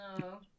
no